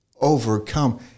overcome